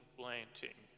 planting